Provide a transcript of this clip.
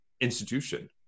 institution